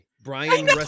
brian